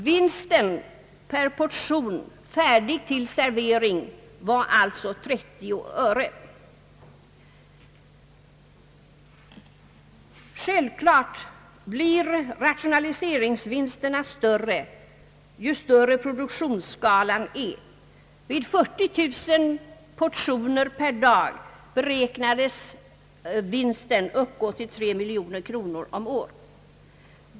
Vinsten per portion färdig till servering var alltså 30 öre. Självklart blir rationaliseringsvinsterna större ju större produktionsskalan är. Vid 40000 portioner per dag beräknades vinsten uppgå till 3 miljoner kronor om året.